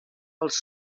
els